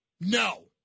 no